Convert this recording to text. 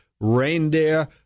reindeer